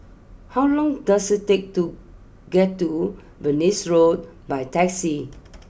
how long does it take to get to Venus Road by taxi